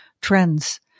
trends